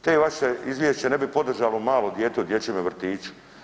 Te vaše izvješće ne bi podržalo malo dijete u dječjemu vrtiću.